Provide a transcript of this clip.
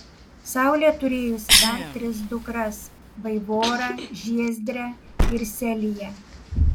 saulė turėjusi dar tris dukras vaivorą žiezdrę ir seliją